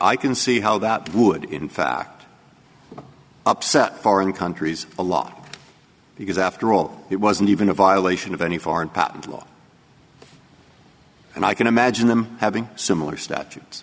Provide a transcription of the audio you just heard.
see how that would in fact upset foreign countries a lot because after all it wasn't even a violation of any foreign patentable and i can imagine them having similar statutes